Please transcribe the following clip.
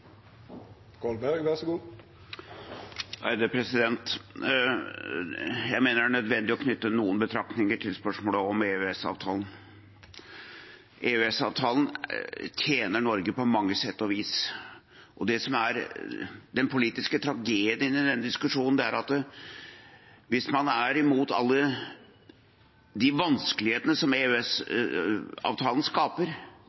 nødvendig å knytte noen betraktninger til spørsmålet om EØS-avtalen. EØS-avtalen tjener Norge på mange sett og vis, og det som er den politiske tragedien i denne diskusjonen, er at hvis man er imot alle de vanskelighetene som